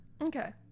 okay